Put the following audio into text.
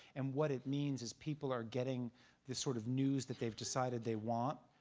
and what it means is people are getting the sort of news that they've decided they want.